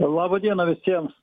laba diena visiems